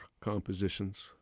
compositions